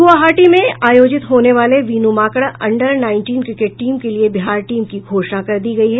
गुवाहाटी में आयोजित होने वाली Vinoo Mankad under nineteen cricket team के लिए बिहार टीम की घोषणा कर दी गयी है